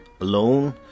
alone